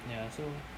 ya so